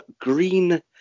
green